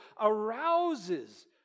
arouses